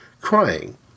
crying